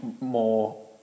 more